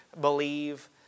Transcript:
believe